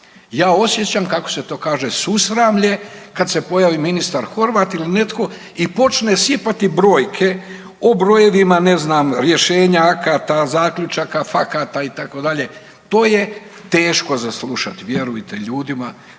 Ja osjećam kako se to kaže susramlje kada se pojavi ministar Horvat ili netko i počne sipati brojke o brojevima ne znam rješenja akata, zaključaka, fakata itd. to je teško za slušati vjerujte ljudima